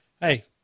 hey